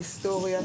היסטוריה,